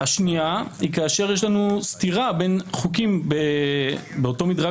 השנייה היא כאשר יש לנו סתירה בין חוקים באותו מדרג